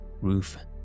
roof